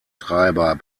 treiber